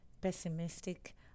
pessimistic